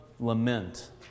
lament